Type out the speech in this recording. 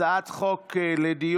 הצעת חוק לדיון